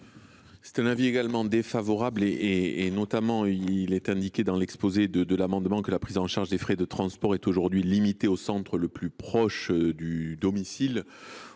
est également défavorable. Il est indiqué dans l’objet de l’amendement que « la prise en charge des frais de transport est aujourd’hui limitée au centre le plus proche du domicile